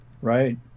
Right